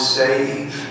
save